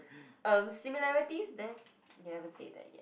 um similarities there you haven't say that yet